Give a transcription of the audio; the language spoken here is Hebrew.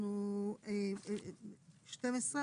אנחנו ב-12.